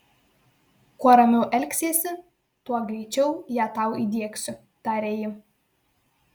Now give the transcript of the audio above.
kuo ramiau elgsiesi tuo greičiau ją tau įdiegsiu taria ji